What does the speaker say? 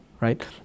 right